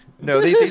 no